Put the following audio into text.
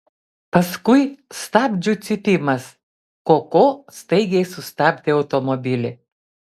paskui stabdžių cypimas koko staigiai sustabdė automobilį